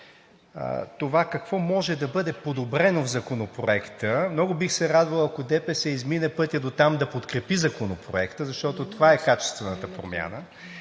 това какво може да бъде подобрено в Законопроекта, много бих се радвал, ако ДПС измине пътя дотам да подкрепи Законопроекта, защото това е качествената промяна.